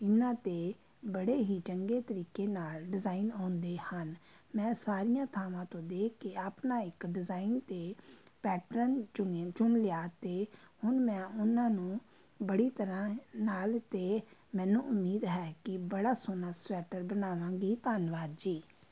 ਇਹਨਾਂ 'ਤੇ ਬੜੇ ਹੀ ਚੰਗੇ ਤਰੀਕੇ ਨਾਲ ਡਿਜ਼ਾਇਨ ਆਉਂਦੇ ਹਨ ਮੈਂ ਸਾਰੀਆਂ ਥਾਵਾਂ ਤੋਂ ਦੇਖ ਕੇ ਆਪਣਾ ਇੱਕ ਡਿਜ਼ਾਇਨ ਅਤੇ ਪੈਟਰਨ ਚੁਣਿਆ ਚੁਣ ਲਿਆ ਅਤੇ ਹੁਣ ਮੈਂ ਉਹਨਾਂ ਨੂੰ ਬੜੀ ਤਰ੍ਹਾਂ ਨਾਲ ਅਤੇ ਮੈਨੂੰ ਉਮੀਦ ਹੈ ਕਿ ਬੜਾ ਸੋਹਣਾ ਸਵੈਟਰ ਬਣਾਵਾਂਗੀ ਧੰਨਵਾਦ ਜੀ